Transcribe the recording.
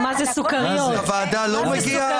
ואנחנו עדיין בספקות אם מישהו יעכב,